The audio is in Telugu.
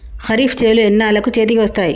ఖరీఫ్ చేలు ఎన్నాళ్ళకు చేతికి వస్తాయి?